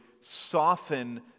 soften